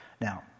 now